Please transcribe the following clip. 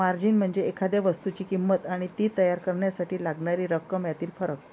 margin म्हणजे एखाद्या वस्तूची किंमत आणि ती तयार करण्यासाठी लागणारी रक्कम यातील फरक